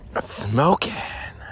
Smoking